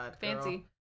fancy